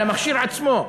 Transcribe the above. על המכשיר עצמו.